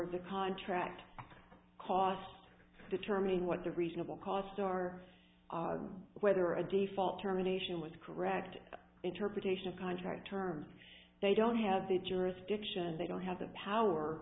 of the contract cost determining what the reasonable cost are whether a default terminations with the correct interpretation of contract terms they don't have the jurisdiction they don't have the power